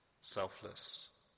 selfless